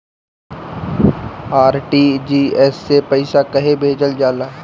RTGS से पइसा कहे भेजल जाला?